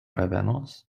revenos